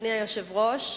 אדוני היושב-ראש,